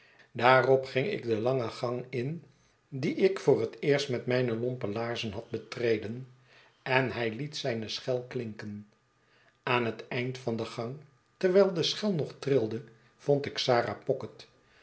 daarop ging ik den langen gang in dien ik estella is eene dame geworden ill voor het eerst met mijne lompe laarzen had betreden en hij liet zijne schel klinken aan het eind van den gang terwijl de schel nog trilde vond ik sara pocket